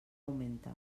augmenta